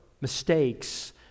mistakes